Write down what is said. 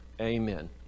amen